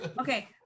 okay